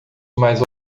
mais